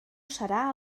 serà